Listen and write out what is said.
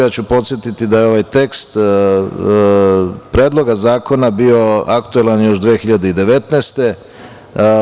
Ja ću podsetiti da je ovaj tekst Predloga zakona bio aktuelan još 2019. godine.